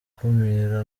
gukumira